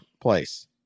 place